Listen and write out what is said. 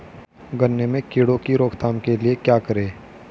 गन्ने में कीड़ों की रोक थाम के लिये क्या करें?